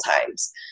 times